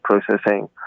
processing